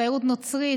תיירות נוצרית,